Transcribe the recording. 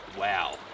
wow